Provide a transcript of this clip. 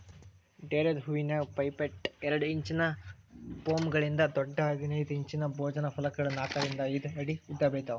ಡೇರೆದ್ ಹೂವಿನ್ಯಾಗ ಪೆಟೈಟ್ ಎರಡ್ ಇಂಚಿನ ಪೊಂಪೊಮ್ಗಳಿಂದ ದೊಡ್ಡ ಹದಿನೈದ್ ಇಂಚಿನ ಭೋಜನ ಫಲಕಗಳ ನಾಕರಿಂದ ಐದ್ ಅಡಿ ಉದ್ದಬೆಳಿತಾವ